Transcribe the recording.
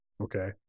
Okay